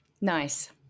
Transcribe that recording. Nice